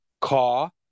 car